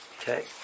Okay